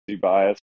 bias